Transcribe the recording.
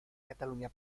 cataluña